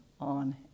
on